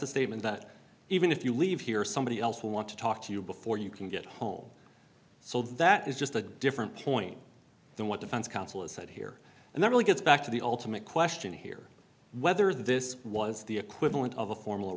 a statement that even if you leave here somebody else will want to talk to you before you can get home so that is just a different point than what defense counsel is said here and that really gets back to the ultimate question here whether this was the equivalent of a formal